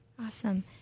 Awesome